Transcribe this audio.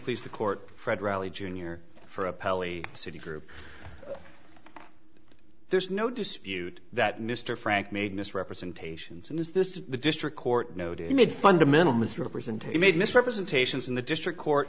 please the court fred rally jr for a poly citi group there's no dispute that mr frank made misrepresentations and is this the district court noted he made fundamental misrepresentation made misrepresentations in the district court